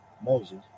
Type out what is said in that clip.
Moses